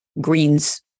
greens